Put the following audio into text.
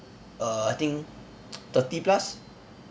err I think thirty plus